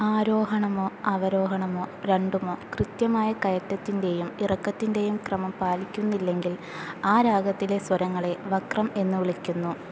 ആരോഹണമോ അവരോഹണമോ രണ്ടുമോ കൃത്യമായ കയറ്റത്തിൻ്റെയും ഇറക്കത്തിൻ്റെയും ക്രമം പാലിക്കുന്നില്ലെങ്കിൽ ആ രാഗത്തിലെ സ്വരങ്ങളെ വക്രം എന്ന് വിളിക്കുന്നു